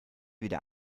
wieder